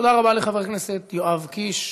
תודה רבה לחבר הכנסת יואב קיש.